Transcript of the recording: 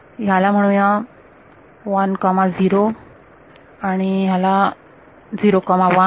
ह्याला म्हणूया 10 आणि ह्याला म्हणूया 01